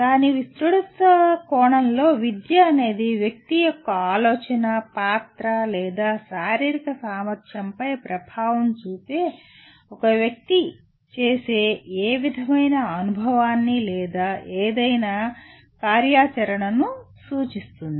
దాని విస్తృత కోణంలో విద్య అనేది వ్యక్తి యొక్క ఆలోచన పాత్ర లేదా శారీరక సామర్థ్యంపై ప్రభావం చూపే ఒక వ్యక్తి చేసే ఏ విధమైన అనుభవాన్ని లేదా ఏదైనా కార్యాచరణను సూచిస్తుంది